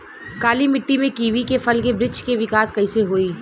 काली मिट्टी में कीवी के फल के बृछ के विकास कइसे होई?